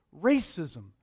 racism